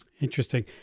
Interesting